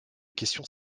questions